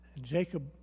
Jacob